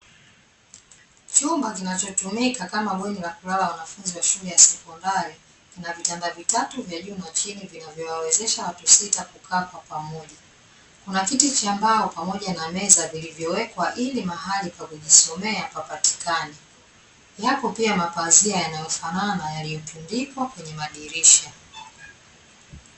Chumba kinachotumika kama bweni la kulala wanafunzi wa shule ya sekondari, kina vitanda vitatu vya juu na chini vinavyowawezesha watu sita kukaa kwa pamoja. Kuna kiti cha mbao pamoja na meza vilivyowekwa ili mahali pakujisomea papatikane. Yako pia mapazia yanayofanana yaliyotundikwa kwenye madirisha.